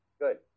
Good